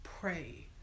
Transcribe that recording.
pray